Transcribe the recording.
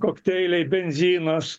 kokteiliai benzinas